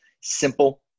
simple